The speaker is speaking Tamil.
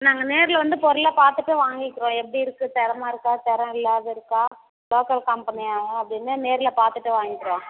நாங்கள் நேரில் வந்து பொருளை பார்த்துட்டு வாங்கிக்கிறோம் எப்படி இருக்குது தரமாக இருக்கா தரம் இல்லாத இருக்கா லோக்கல் கம்பெனியா அப்படின்னு நேரில் பார்த்துட்டு வாங்கிக்கிறோம்